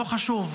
לא חשוב,